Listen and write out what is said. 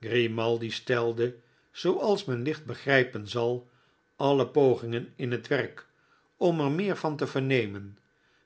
grimaldi stelde zooals men licht begrijpen zal alle pogingen in het werk om er meer van te vernemen